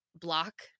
block